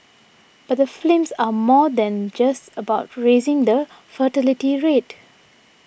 but the films are more than just about raising the fertility rate